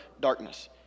darkness